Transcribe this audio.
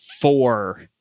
four